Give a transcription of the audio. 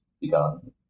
begun